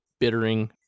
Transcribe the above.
bittering